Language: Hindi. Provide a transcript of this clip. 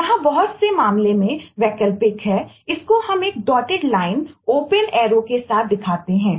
यहां बहुत से मामले में वैकल्पिक है इसको हम एक डॉटेड लाइनकर रहा